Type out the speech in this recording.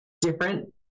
different